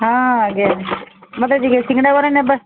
ହଁ ଆଜ୍ଞା ମତେ ଟିକେ ସିଙ୍ଗଡ଼ା ବରା ନେବା